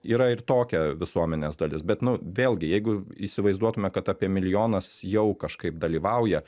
yra ir tokia visuomenės dalis bet nu vėlgi jeigu įsivaizduotume kad apie milijonas jau kažkaip dalyvauja